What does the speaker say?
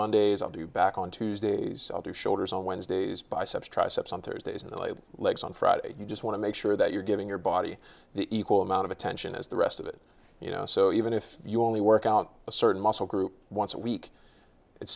mondays i'll be back on tuesdays i'll do shoulders on wednesdays biceps triceps on thursdays and legs on friday you just want to make sure that you're giving your body the equal amount of attention as the rest of it so even if you only work out a certain muscle group once a week it's